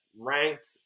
ranked